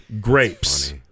grapes